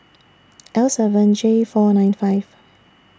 L seven J four nine five